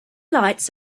lights